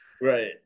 Right